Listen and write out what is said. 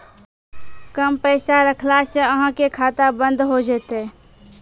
कम पैसा रखला से अहाँ के खाता बंद हो जैतै?